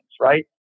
right